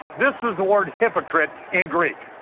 this is the word hypocrite in greek.